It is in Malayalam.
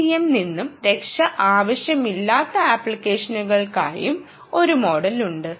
MITM നിന്നും രക്ഷ ആവശ്യമില്ലാത്ത അപ്ലിക്കേഷനുകൾക്കായും ഒരു മോഡലുണ്ട്